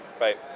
Right